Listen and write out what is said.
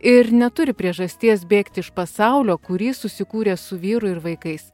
ir neturi priežasties bėgti iš pasaulio kurį susikūrė su vyru ir vaikais